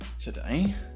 today